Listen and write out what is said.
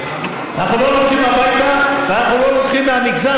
אנחנו לא לוקחים הביתה ואנחנו לא לוקחים מהמגזר